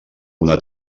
una